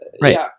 Right